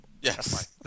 yes